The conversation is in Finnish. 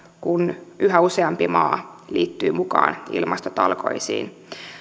kun yhä useampi maa liittyy mukaan ilmastotalkoisiin